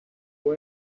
con